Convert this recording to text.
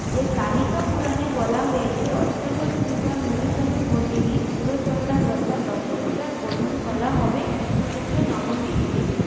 যে কালিকা পুরাণে বলা হয়েছে অষ্টাদশভূজা মহিষাসুরমর্দিনী উগ্রচণ্ডা তথা দশভুজার বোধন করা হবে কৃষ্ণপক্ষের নবমী তিথিতে